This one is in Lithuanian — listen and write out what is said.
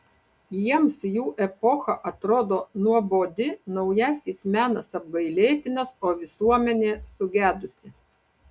jiems jų epocha atrodo nuobodi naujasis menas apgailėtinas o visuomenė sugedusi